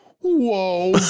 whoa